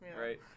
right